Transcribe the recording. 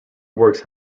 works